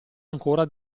ancora